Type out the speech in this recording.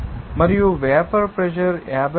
91 మరియు vapour pressure 54